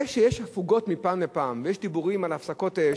זה שיש הפוגות מפעם לפעם ויש דיבורים על הפסקות אש,